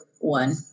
one